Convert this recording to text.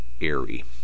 airy